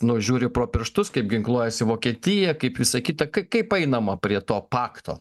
nu žiūri pro pirštus kaip ginkluojasi vokietija kaip visa kita kaip einama prie to pakto